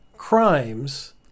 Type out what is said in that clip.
Crimes